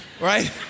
right